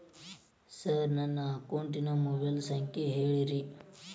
sir ನನ್ನ ಅಕೌಂಟಿನ mobile ಸಂಖ್ಯೆ ಹೇಳಿರಿ